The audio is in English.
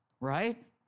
right